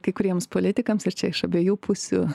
kai kuriems politikams ir čia iš abiejų pusių